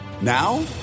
Now